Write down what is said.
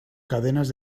cadenas